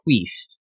twist